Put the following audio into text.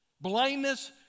Blindness